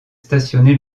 stationné